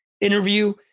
interview